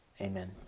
Amen